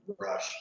Rush